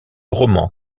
roman